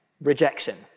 rejection